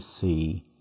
see